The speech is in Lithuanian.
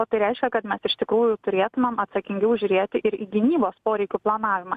o tai reiškia kad mes iš tikrųjų turėtumėm atsakingiau žiūrėti ir į gynybos poreikių planavimą